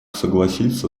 согласиться